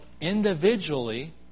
individually